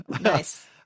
Nice